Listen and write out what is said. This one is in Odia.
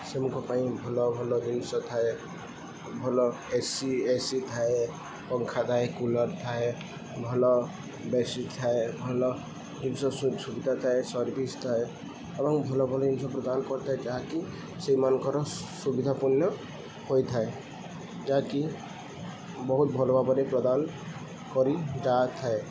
ସେମାନଙ୍କ ପାଇଁ ଭଲ ଭଲ ଜିନିଷ ଥାଏ ଭଲ ଏସି ଏସି ଥାଏ ପଙ୍ଖା ଥାଏ କୁଲର୍ ଥାଏ ଭଲ ବସି ଥାଏ ଭଲ ଜିନିଷ ସୁବିଧା ଥାଏ ସର୍ଭିସ୍ ଥାଏ ଏବଂ ଭଲ ଭଲ ଜିନିଷ ପ୍ରଦାନ କରିଥାଏ ଯାହାକି ସେଇମାନଙ୍କର ସୁବିଧାପୂର୍ଣ୍ଣ ହୋଇଥାଏ ଯାହାକି ବହୁତ ଭଲ ଭାବରେ ପ୍ରଦାନ କରି ଯାଆ ଥାଏ